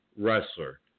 wrestler